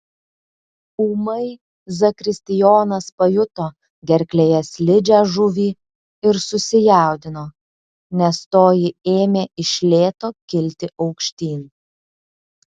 ūmai zakristijonas pajuto gerklėje slidžią žuvį ir susijaudino nes toji ėmė iš lėto kilti aukštyn